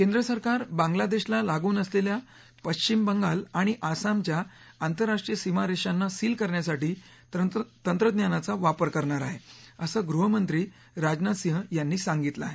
केंद्र सरकार बांगलादेशला लागून असलेल्या पश्चिम आणि आसामच्या आंतरराष्ट्रीय सीमारेषांना सील करण्यासाठी तंत्रज्ञानाचा वापर करणार आहे असं गृह मंत्री राजनाथ सिंह यांनी सांगितलं आहे